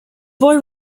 boy